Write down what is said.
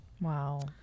wow